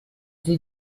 sie